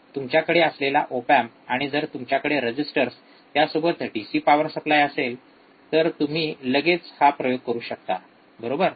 तुमच्याकडे असलेला op amp आणि जर तुमच्याकडे रजिस्टर्स त्यासोबत डीसी पावर सप्लाय असेल तर तुम्ही लगेच प्रयोग करू शकता बरोबर